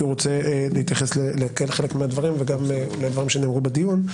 הוא רוצה להתייחס לחלק מהדברים וגם לדברים שנאמרו בדיון.